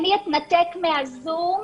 אני אתנתק מה"זום".